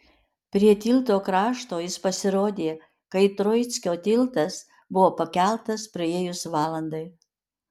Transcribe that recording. prie tilto krašto jis pasirodė kai troickio tiltas buvo pakeltas praėjus valandai